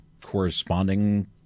corresponding